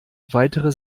weitere